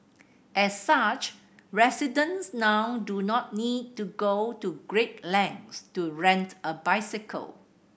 as such residents now do not need to go to great lengths to rent a bicycle